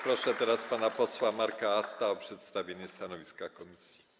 Proszę teraz pana posła Marka Asta o przedstawienie stanowiska komisji.